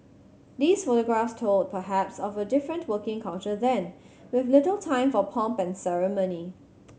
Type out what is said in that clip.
these photographs told perhaps of a different working culture then with little time for pomp and ceremony